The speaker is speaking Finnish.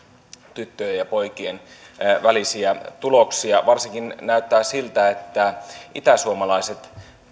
tyttöjen ja poikien tuloksia varsinkin näyttää siltä että itäsuomalaiset